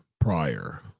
prior